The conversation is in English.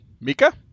Mika